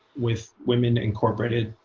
with women incorporated